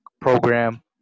program